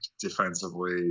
defensively